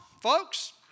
folks